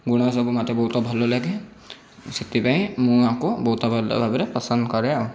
ଗୁଣ ସବୁ ମୋତେ ବହୁତ ଭଲ ଲାଗେ ସେଥିପାଇଁ ମୁଁ ଆଙ୍କୁ ବହୁତ ଭଲ ଭାବରେ ପସନ୍ଦ କରେ ଆଉ